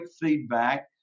feedback